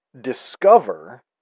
discover